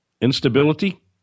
Instability